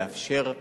לאפשר,